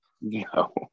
No